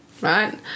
right